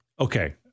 okay